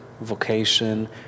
vocation